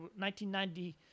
1990